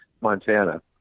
Montana